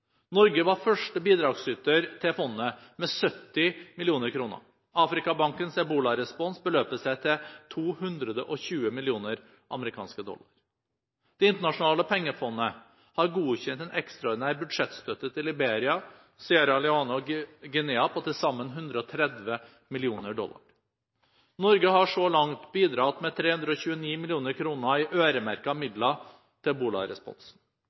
Norge var første bidragsyter til fondet med 70 mill. kr. Afrikabankens ebolarespons beløper seg til 220 mill. US dollar. Det internasjonale pengefondet har godkjent en ekstraordinær budsjettstøtte til Liberia, Sierra Leone og Guinea på til sammen 130 mill. dollar. Norge har så langt bidratt med 329 mill. kr i øremerkede midler til